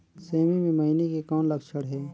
सेमी मे मईनी के कौन लक्षण हे?